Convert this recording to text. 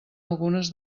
algunes